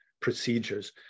procedures